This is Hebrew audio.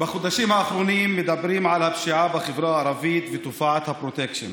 בחודשים האחרונים מדברים על הפשיעה בחברה הערבית ותופעת הפרוטקשן.